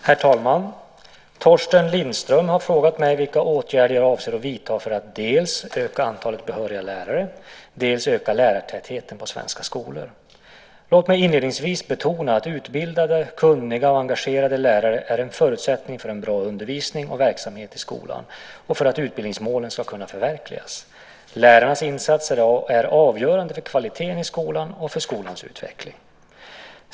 Herr talman! Torsten Lindström har frågat mig vilka åtgärder jag avser att vidta för att dels öka antalet behöriga lärare, dels öka lärartätheten i svenska skolor. Låt mig inledningsvis betona att utbildade, kunniga och engagerade lärare är en förutsättning för en bra undervisning och verksamhet i skolan och för att utbildningsmålen ska kunna förverkligas. Lärarnas insatser är avgörande för kvaliteten i skolan och för skolans utveckling.